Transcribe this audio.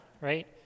right